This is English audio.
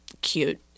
cute